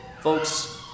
Folks